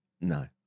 No